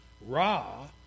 Ra